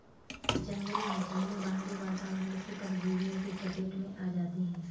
जंगली मछलियाँ बाहरी वातावरण से परजीवियों की चपेट में आ जाती हैं